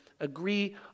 Agree